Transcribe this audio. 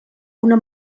una